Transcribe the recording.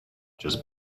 just